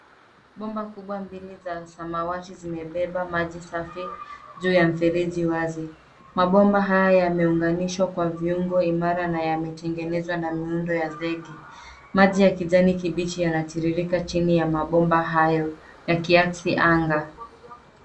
Bomba kubwa mbili za samawati zimebeba maji safi juu ya mfereji wazi. Mabomba haya yameunganishwa kwa viungo imara na yametengenezwa na miundo ya zege. Maji ya kijani kibichi yanatiririka chini ya mabomba hayo, yakiaksi anga.